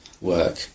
work